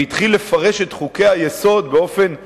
והתחיל לפרש את חוקי-היסוד באופן נרחב,